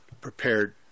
prepared